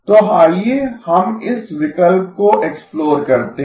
तो आइए हम इस विकल्प को एक्स्प्लोर करते है